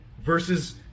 versus